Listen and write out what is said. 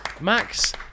Max